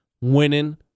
Winning